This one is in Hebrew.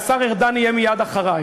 והשר ארדן יהיה מייד אחרי,